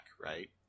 right